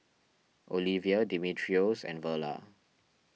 Olevia Dimitrios and Verla